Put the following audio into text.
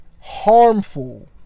harmful